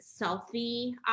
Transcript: selfie